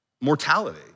mortality